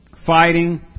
Fighting